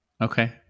Okay